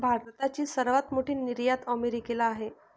भारताची सर्वात मोठी निर्यात अमेरिकेला आहे